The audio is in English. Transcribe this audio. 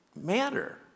matter